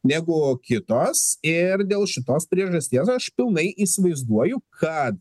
negu kitos ir dėl šitos priežasties aš pilnai įsivaizduoju kad